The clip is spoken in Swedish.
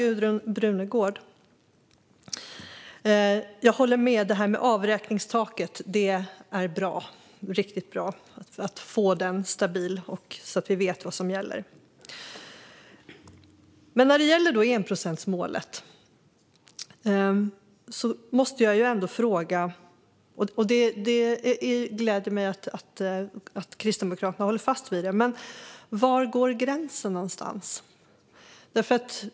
Fru talman! Jag håller med om att avräkningstaket är bra. Det gör att det blir stabilt och att man vet vad som gäller. När det gäller enprocentsmålet gläder det mig visserligen att Kristdemokraterna håller fast vid det, men jag måste ändå fråga var gränsen går.